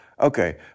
Okay